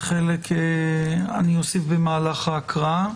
חלק אני אוסיף במהלך ההקראה.